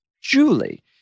Julie